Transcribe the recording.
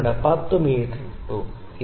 ഞാൻ ഇവിടെ 10 മീറ്റർ ഇട്ടു ശരി